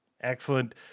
Excellent